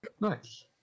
nice